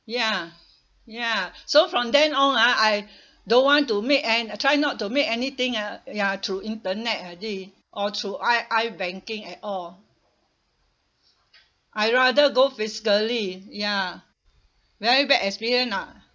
ya ya so from then on ah I don't want to make an~ try not to make anything ah ya through internet already or through i~ i-banking at all I'd rather go physically ya very bad experience ah